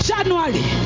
January